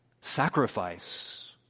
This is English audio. sacrifice